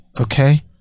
okay